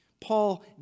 Paul